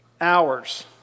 Hours